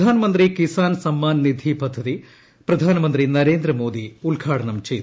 പ്രധാൻ മന്ത്രി കിസ്സാൻ സമ്മാൻ നിധി പദ്ധതി പ്രധാനമന്ത്രി നരേന്ദ്രമോദി ഉദ്ഘാടനം ചെയ്തു